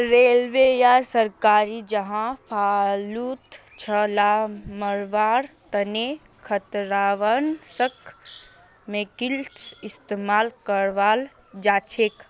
railway या सरकारी जगहत फालतू गाछ ला मरवार तने खरपतवारनाशक केमिकल इस्तेमाल कराल जाछेक